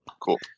cool